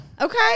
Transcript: okay